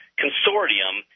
consortium